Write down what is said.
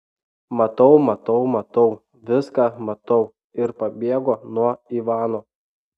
matau matau matau viską matau ir pabėgo nuo ivano